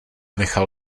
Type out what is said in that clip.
nechal